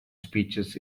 speeches